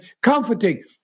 comforting